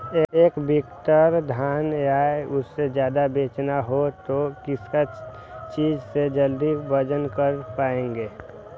एक क्विंटल धान या उससे ज्यादा बेचना हो तो किस चीज से जल्दी वजन कर पायेंगे?